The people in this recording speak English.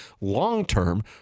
long-term